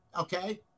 Okay